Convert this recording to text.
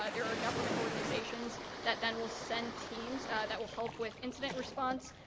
ah there are government organizations that then will send teams that will help with incident response.